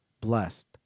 blessed